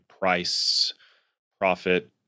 price-profit